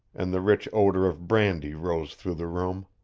and the rich odor of brandy rose through the room.